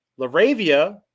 Laravia